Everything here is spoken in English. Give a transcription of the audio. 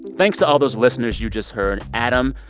thanks to all those listeners you just heard adam,